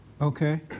Okay